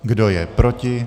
Kdo je proti?